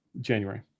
january